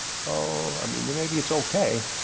oh i mean maybe it's okay,